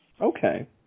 Okay